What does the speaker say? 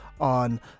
on